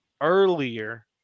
earlier